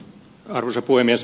arvoisa puhemies